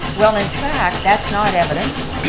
well in fact, that's not evidence,